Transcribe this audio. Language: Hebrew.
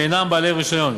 שאינם בעלי רישיון.